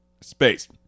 space